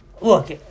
look